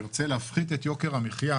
יוקר המחייה